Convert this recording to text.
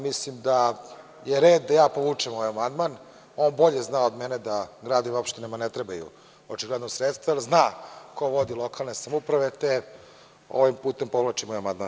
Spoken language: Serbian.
Mislim da je red da ja povučem ovaj amandman, on bolje zna od mene da gradovima i opštinama ne trebaju, očigledno, sredstva, jer zna ko vodi lokalne samouprave, te ovim putem povlačim amandman.